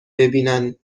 ببینن